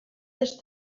les